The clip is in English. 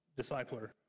discipler